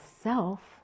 self